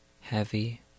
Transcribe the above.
heavy